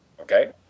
okay